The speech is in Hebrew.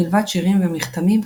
מלבד שירים ומכתמים,